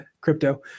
crypto